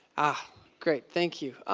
ahh great. thank you.